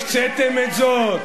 הקציתם את זאת?